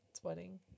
sweating